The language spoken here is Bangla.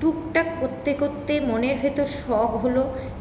টুকটাক করতে করতে মনের ভেতর শখ হল